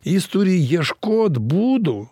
jis turi ieškot būdų